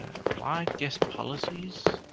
apply guest policies.